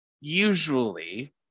usually